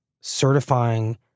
certifying